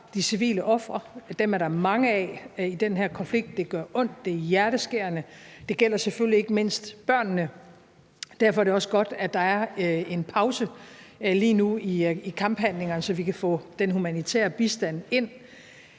de civile ofre, og dem er der mange af i den her konflikt, og det gør ondt, det er hjerteskærende, og det gælder selvfølgelig ikke mindst børnene. Derfor er det også godt, at der lige nu er en pause i kamphandlingerne, så vi kan få den humanitære bistand ind.